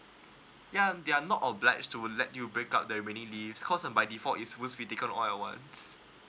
ya they are not obliged to let you break up the remaining leaves cause by default it supposed to be taken all at once